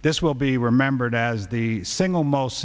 this will be remembered as the single most